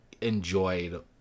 enjoyed